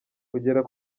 kugera